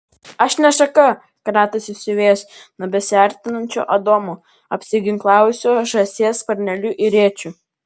aš ne šaka kratosi siuvėjas nuo besiartinančio adomo apsiginklavusio žąsies sparneliu ir rėčiu